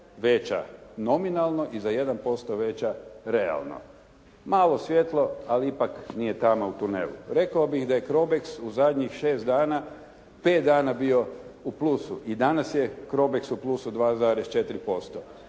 veća nominalno i za 1% veća realno. Malo svjetlo, ali ipak nije tama u tunelu. Rekao bih da je CROBEX u zadnjih šest dana pet dana bio u plusu i danas je CROBEX u plusu 2,4%.